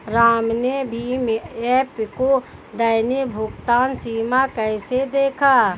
राम ने भीम ऐप का दैनिक भुगतान सीमा कैसे देखा?